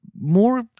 more